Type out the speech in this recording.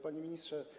Panie Ministrze!